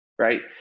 Right